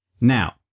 Now